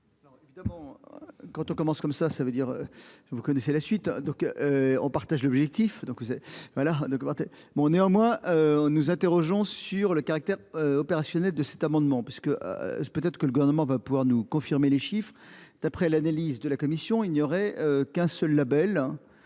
Quand on commence comme ça, ça veut dire. Vous connaissez la suite. Donc. On partage l'objectif donc c'est voilà le mon néanmoins. Nous interrogeons sur le caractère opérationnel de cet amendement parce que. Peut-être que le gouvernement va pouvoir nous confirmer les chiffres d'après l'analyse de la Commission ignorait qu'un seul Label.